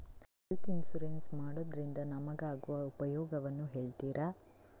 Health insurance ಮಾಡೋದ್ರಿಂದ ನಮಗಾಗುವ ಉಪಯೋಗವನ್ನು ಹೇಳ್ತೀರಾ?